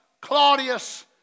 Claudius